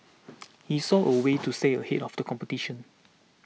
he saw a way to stay ahead of the competition